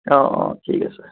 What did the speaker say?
অঁ অঁ ঠিক আছে